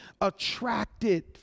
attracted